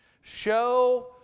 Show